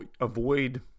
avoid